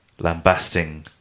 lambasting